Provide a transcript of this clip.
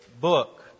book